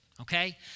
okay